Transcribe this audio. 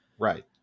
right